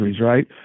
right